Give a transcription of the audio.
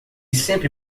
sempre